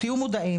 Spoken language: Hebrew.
תהיו מודעים'.